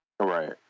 Right